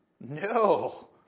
no